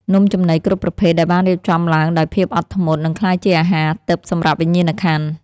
នំចំណីគ្រប់ប្រភេទដែលបានរៀបចំឡើងដោយភាពអត់ធ្មត់នឹងក្លាយជាអាហារទិព្វសម្រាប់វិញ្ញាណក្ខន្ធ។